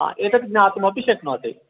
एतत् ज्ञातुमपि शक्नोति